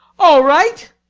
all right!